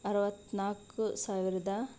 ಅರ್ವತ್ನಾಲ್ಕು ಸಾವಿರದ